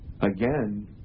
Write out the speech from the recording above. again